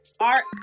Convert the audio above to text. Art